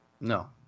No